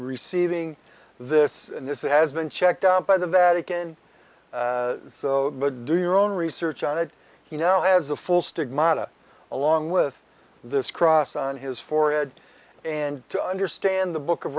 receiving this this has been checked out by the vatican so do your own research on it he now has a full stigmata along with this cross on his forehead and to understand the book of